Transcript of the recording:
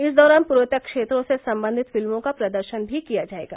इस दौरान पूर्वोत्तर क्षेत्रों से संबंधित फिल्मों का प्रदर्शन भी किया जाएगा